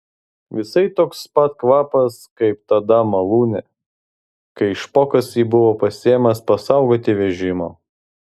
visai toks pat kvapas kaip tada malūne kai špokas jį buvo pasiėmęs pasaugoti vežimo